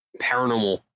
paranormal